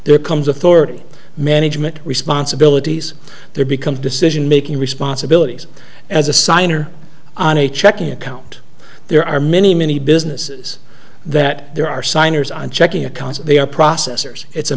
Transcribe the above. there comes a thort management responsibilities there become decision making responsibilities as a sign or on a checking account there are many many businesses that there are signers on checking accounts they are processors it's a